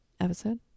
episode